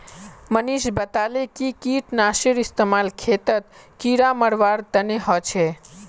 मनीष बताले कि कीटनाशीर इस्तेमाल खेतत कीड़ा मारवार तने ह छे